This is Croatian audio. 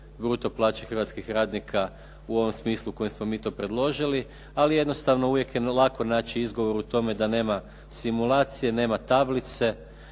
bruto plaće hrvatskih radnika u ovom smislu u kojem smo mi to predložili, ali jednostavno uvijek je naći lako izgovor u tome da nema simulacije, nema tablice